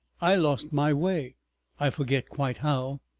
i lost my way i forget quite how.